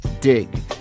Dig